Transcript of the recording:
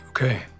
Okay